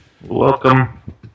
Welcome